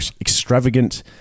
extravagant